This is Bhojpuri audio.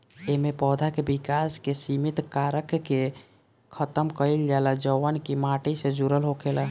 एमे पौधा के विकास के सिमित कारक के खतम कईल जाला जवन की माटी से जुड़ल होखेला